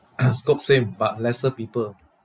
scope same but lesser people